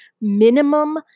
minimum